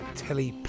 telly